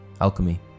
alchemy